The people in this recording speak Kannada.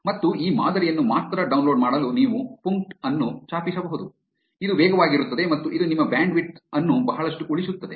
ಮತ್ತು ಈ ಮಾದರಿಯನ್ನು ಮಾತ್ರ ಡೌನ್ಲೋಡ್ ಮಾಡಲು ನೀವು ಪುಂಕ್ಟ್ ಅನ್ನು ಛಾಪಿಸಬಹುದು ಇದು ವೇಗವಾಗಿರುತ್ತದೆ ಮತ್ತು ಇದು ನಿಮ್ಮ ಬ್ಯಾಂಡ್ವಿಡ್ತ್ ಅನ್ನು ಬಹಳಷ್ಟು ಉಳಿಸುತ್ತದೆ